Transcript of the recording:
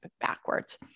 backwards